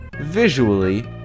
visually